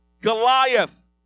Goliath